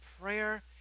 prayer